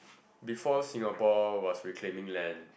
before Singapore was reclaiming land